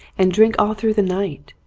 and drink all through the night.